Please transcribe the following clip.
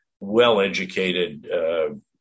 well-educated